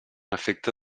efecte